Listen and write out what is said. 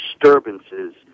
disturbances